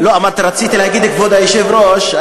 רציתי להגיד "כבוד היושב-ראש",